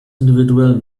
individuell